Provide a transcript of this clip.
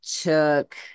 took